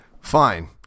Fine